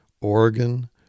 Oregon